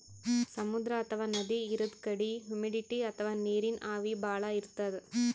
ಸಮುದ್ರ ಅಥವಾ ನದಿ ಇರದ್ ಕಡಿ ಹುಮಿಡಿಟಿ ಅಥವಾ ನೀರಿನ್ ಆವಿ ಭಾಳ್ ಇರ್ತದ್